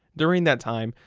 during that time,